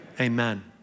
Amen